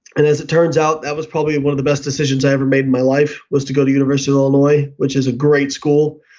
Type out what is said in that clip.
and as it turns out, that was probably one of the best decisions i ever made in my life, was to go to university of illinois which is a great school,